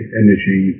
energy